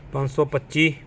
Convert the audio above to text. ਪੰਜ ਸੌ ਪੱਚੀ